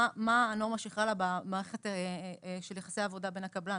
מה הנורמה שחלה במערכת של יחסי עבודה בין הקבלן